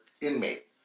inmate